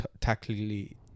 tactically